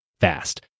fast